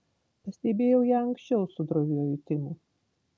pastebėjau ją anksčiau su droviuoju timu